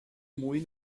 mwy